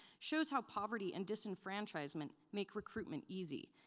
shows how poverty and disenfranchisement make recruitment easy.